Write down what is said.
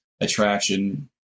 attraction